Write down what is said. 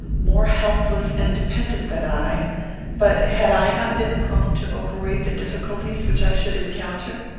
more helpless and dependent than i but had i not been prone to overrate the difficulties which i should encounter?